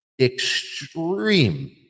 extreme